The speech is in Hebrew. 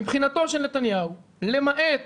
מבחינתו של נתניהו, למעט